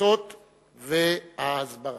התפוצות וההסברה.